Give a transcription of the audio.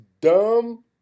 dumb